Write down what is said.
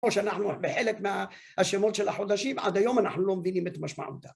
או שאנחנו בחלק מהשמות של החודשים, עד היום אנחנו לא מבינים את משמעותם